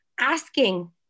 asking